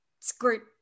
squirt